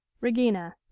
Regina